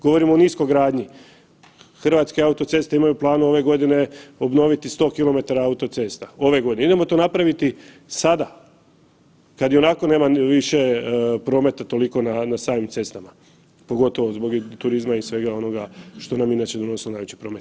Govorimo o niskogradnji Hrvatske autoceste imaju plan ove godine obnoviti 100 km autocesta, ove godine, idemo to napraviti sada kad i onako nema više prometa toliko na samim cestama pogotovo zbog turizma i svega onoga što nam je inače donosilo najveći promet.